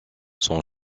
son